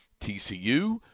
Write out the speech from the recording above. TCU